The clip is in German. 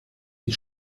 die